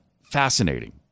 Fascinating